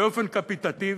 באופן קפיטטיבי,